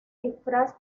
disfraz